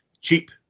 cheap